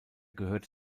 gehörte